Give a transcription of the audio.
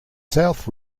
south